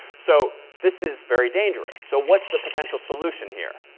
so, this is very dangerous. so what's the potential solution here,